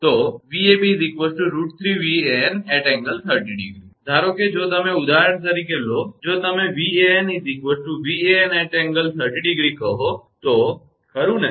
તો 𝑉𝑎𝑏 √3𝑉𝑎𝑛∠30° ધારો કે જો તમે ઉદાહરણ તરીકે લો જો તમે 𝑉𝑎𝑛 𝑉𝑎𝑛∠0° કહો તો ખરું ને